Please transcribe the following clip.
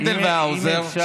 הנדל והאוזר,